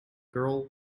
girl